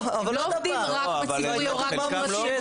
הם לא עובדים רק בציבורי או רק בפרטי,